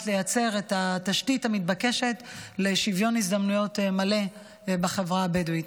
לייצר את התשתית המתבקשת לשוויון הזדמנויות מלא לחברה הבדואית.